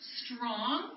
strong